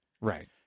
Right